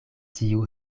tiu